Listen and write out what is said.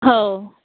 हो